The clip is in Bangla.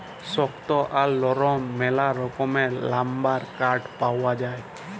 শক্ত আর লরম ম্যালা রকমের লাম্বার কাঠ পাউয়া যায়